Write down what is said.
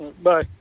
Bye